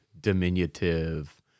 diminutive